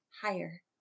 higher